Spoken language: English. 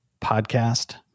podcast